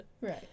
Right